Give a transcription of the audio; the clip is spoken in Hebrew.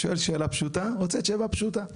אני שואל שאלה פשוטה, אני רוצה תשובה פשוטה.